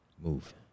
Move